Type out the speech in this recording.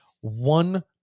one